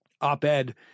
op-ed